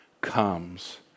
comes